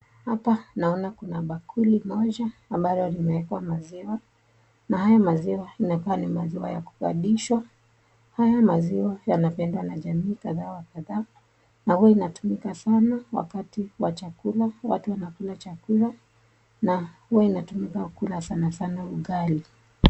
Hapa naona kuna bakuli moja ambalo limewekwa maziwa na haya maziwa ina kaa ni maziwa ya kupandishwa. Haya maziwa ina pendwa na jamii kadhaa wa kadhaa na uwa ina tumika sana wakati wa chakula, watu wanakula chakula na huwa ina tumika kula sana sana ugali.